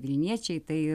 vilniečiai tai